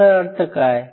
याचा अर्थ काय